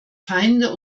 feinde